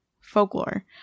folklore